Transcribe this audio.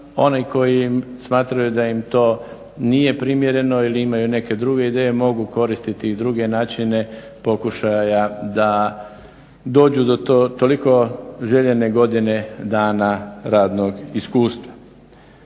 Oni koji smatraju da im to nije primjereno ili imaju neke druge ideje mogu koristiti i druge načine pokušaja da dođu do toliko željene godine dana radnog iskustva.